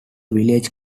village